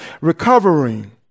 recovering